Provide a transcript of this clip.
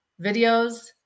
videos